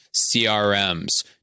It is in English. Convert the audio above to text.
CRMs